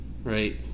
Right